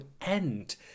end